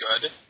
good